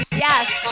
Yes